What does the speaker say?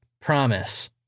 promise